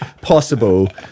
possible